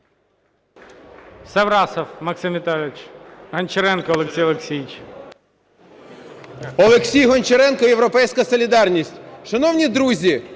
Олексій Гончаренко, "Європейська солідарність". Шановні друзі,